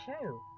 show